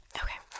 okay